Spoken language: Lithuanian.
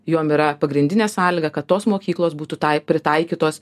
jom yra pagrindinė sąlyga kad tos mokyklos būtų tai pritaikytos